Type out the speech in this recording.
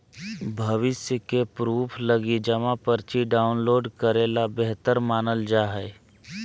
भविष्य के प्रूफ लगी जमा पर्ची डाउनलोड करे ल बेहतर मानल जा हय